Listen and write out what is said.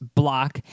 block